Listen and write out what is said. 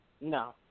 No